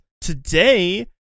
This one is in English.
Today